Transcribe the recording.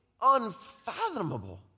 unfathomable